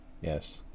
Yes